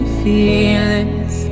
feelings